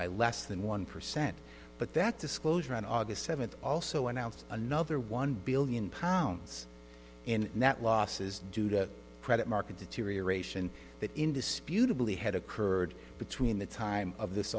by less than one percent but that disclosure on august seventh also announced another one billion pounds in net losses due to credit market deterioration that indisputably had occurred between the time of this